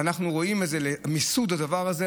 ואנחנו עובדים על מיסוד הדבר הזה,